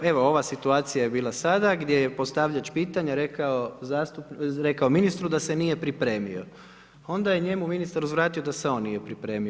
Eto ova situacija je bila sada, gdje je postavljač pitanja rekao ministru da se nije pripremio, onda je njemu ministar uzvratio da se on nije pripremio.